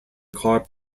carp